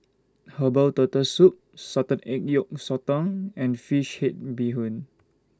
Herbal Turtle Soup Salted Egg Yolk Sotong and Fish Head Bee Hoon